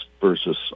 versus